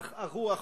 אך הוא החוק.